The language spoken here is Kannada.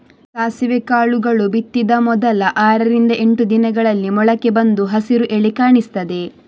ಸಾಸಿವೆ ಕಾಳುಗಳು ಬಿತ್ತಿದ ಮೊದಲ ಆರರಿಂದ ಎಂಟು ದಿನಗಳಲ್ಲಿ ಮೊಳಕೆ ಬಂದು ಹಸಿರು ಎಲೆ ಕಾಣಿಸ್ತದೆ